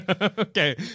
Okay